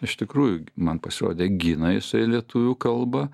iš tikrųjų man pasirodė gina jisai lietuvių kalbą